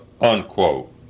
unquote